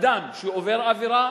אדם שעובר עבירה,